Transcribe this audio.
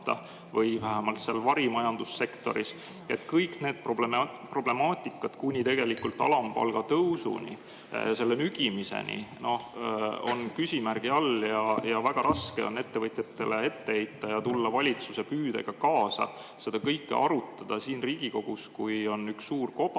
või vähemalt seal varimajandussektoris. Kõik need problemaatikad kuni alampalga tõusuni, selle nügimiseni, on küsimärgi all. Väga raske on ettevõtjatele [midagi] ette heita ja tulla valitsuse püüdega kaasa seda kõike arutada siin Riigikogus, kui on üks suur kobar,